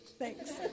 Thanks